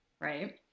right